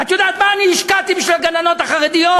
את יודעת מה אני השקעתי בשביל הגננות החרדיות?